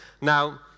Now